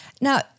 now